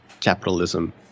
capitalism